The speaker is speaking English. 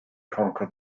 conquer